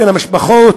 בין המשפחות,